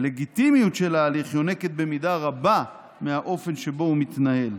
הלגיטימיות של ההליך יונקת במידה רבה מהאופן שבו הוא מתנהל.